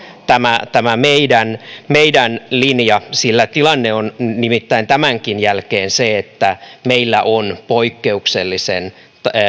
tämä tämä meidän meidän linjamme sillä tilanne on nimittäin tämänkin jälkeen se että meillä on poikkeuksellisen